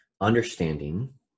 understanding